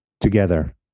together